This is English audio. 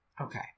Okay